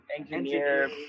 engineer